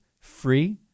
free